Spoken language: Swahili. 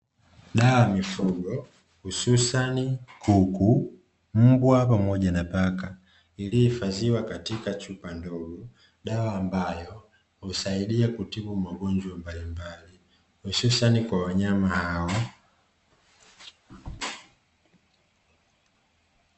Dawa ya mifugo hususani kuku, mbwa pamoja paka iliyohifadhiwa katika chupa ndogo. Dawa ambayo husaidia kutibu magonjwa mbalimbali hususani kwa wanyama hao.